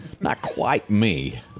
not-quite-me